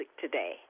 today